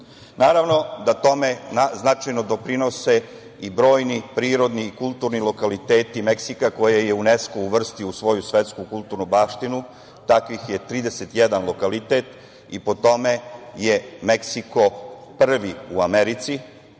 Naravno da tome značajno doprinose i brojni prirodni i kulturni lokaliteti Meksika koje je UNESKO uvrstio u svoju svetsku kulturnu baštinu, a takvih je 31 lokalitet i po tome je Meksiko prvi u Americi,